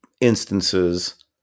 instances